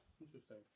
interesting